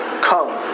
come